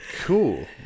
cool